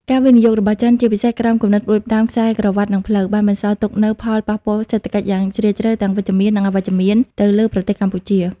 ការវិនិយោគរបស់ចិន ជាពិសេសក្រោមគំនិតផ្តួចផ្តើមខ្សែក្រវាត់ និងផ្លូវ បានបន្សល់ទុកនូវផលប៉ះពាល់សេដ្ឋកិច្ចយ៉ាងជ្រាលជ្រៅទាំងវិជ្ជមាន និងអវិជ្ជមានទៅលើប្រទេសកម្ពុជា។